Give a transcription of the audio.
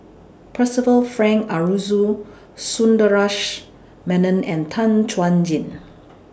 Percival Frank Aroozoo Sundaresh Menon and Tan Chuan Jin